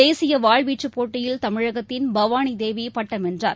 தேசிய வாள்வீச்சுப் போட்டியில் தமிழகத்தின் பவானி தேவி பட்டம் வென்றார்